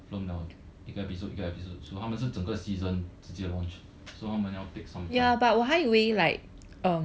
film liao 一个 episode 一个 episode 出他们是整个 season 直接 launch so 他们要 take some time